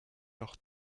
leur